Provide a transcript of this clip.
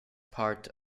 part